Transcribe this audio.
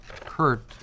Kurt